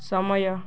ସମୟ